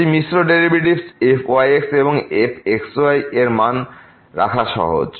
যদি মিশ্র ডেরিভেটিভস এই fyx এবং fxy এটি মনে রাখা সহজ